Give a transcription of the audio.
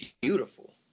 beautiful